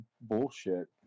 bullshit